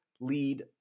lead